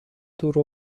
دور